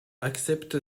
accepte